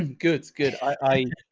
and good, good. i,